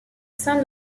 sein